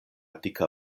dika